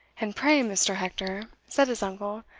and pray, mr. hector, said his uncle,